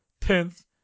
tenth